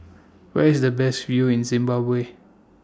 Where IS The Best View in Zimbabwe